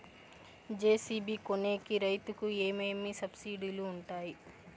JCB కొనేకి రైతుకు ఏమేమి సబ్సిడి లు వుంటాయి?